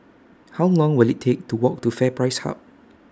How Long Will IT Take to Walk to FairPrice Hub